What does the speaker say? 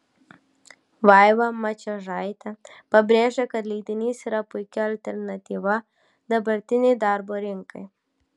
vaiva mačiežaitė pabrėžė kad leidinys yra puiki alternatyva dabartinei darbo rinkai